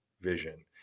vision